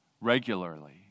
regularly